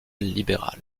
libéral